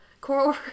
coral